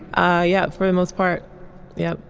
ah yeah. for the most part yeah.